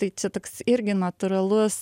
tai čia toks irgi natūralus